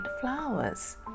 flowers